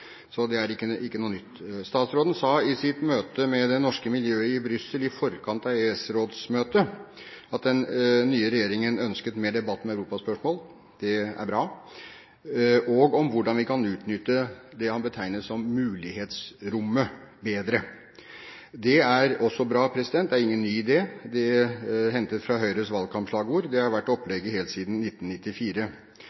Så det er ikke noe nytt. Statsråden sa i sitt møte med det norske miljøet i Brussel i forkant av EØS-rådsmøtet at den nye regjeringen ønsket mer debatt om europaspørsmål, det er bra, og om hvordan vi bedre kan utnytte det han betegnet som «mulighetsrommet». Det er også bra. Det er ingen ny idé; det er ikke hentet fra Høyres valgkampslagord, og det har vært